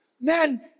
man